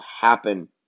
happen